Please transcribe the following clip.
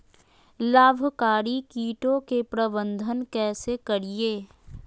लाभकारी कीटों के प्रबंधन कैसे करीये?